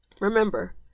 Remember